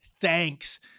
Thanks